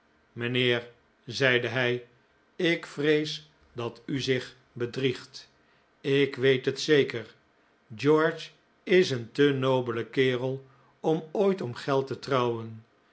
mijnheer zeide hij ik vrees dat u zich bedriegt ik weet het zeker george is een te nobele kerel om ooit om geld te trouwen